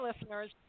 listeners